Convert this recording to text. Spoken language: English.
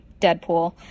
Deadpool